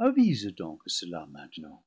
avise donc à cela maintenant